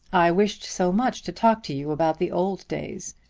i wished so much to talk to you about the old days.